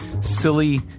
silly